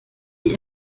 wie